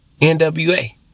NWA